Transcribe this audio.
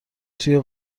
توی